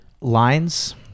lines